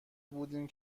بودیم